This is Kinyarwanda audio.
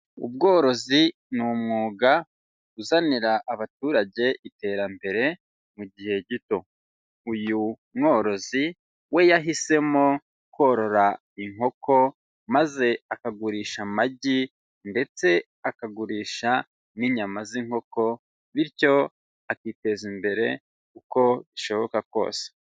Ubworozi ni umwuga uzanira abaturage iterambere mu gihe gito, uyu mworozi we yahisemo korora inkoko maze akagurisha amagi ndetse akagurisha n'inyama z'inkoko, bityo akiteza imbere uko bishoboka kose.